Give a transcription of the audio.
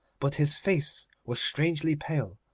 but his face was strangely pale,